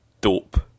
Dope